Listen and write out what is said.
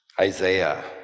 Isaiah